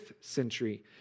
century